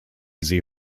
see